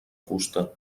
fusta